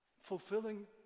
fulfilling